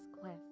cliff